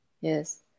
Yes